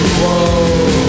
whoa